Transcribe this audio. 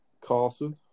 Carson